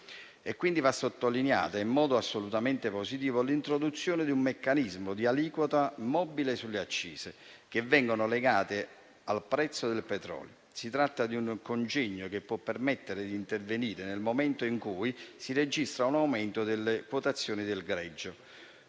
Va quindi sottolineata positivamente l'introduzione di un meccanismo di aliquota mobile sulle accise, che vengono legate al prezzo del petrolio. Si tratta di un congegno che può permettere di intervenire nel momento in cui si registra un aumento delle quotazioni del greggio.